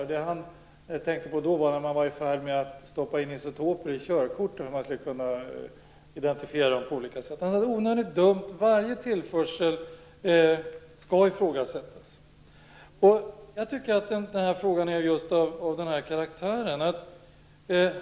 Vad han tänkte på då var att man var i färd med att stoppa in isotoper i körkort så att man skulle kunna identifiera dem på olika sätt. Det var onödigt och dumt. Varje tillförsel skall ifrågasättas. Jag tycker att den här frågan just är av den karaktären.